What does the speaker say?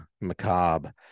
macabre